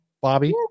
Bobby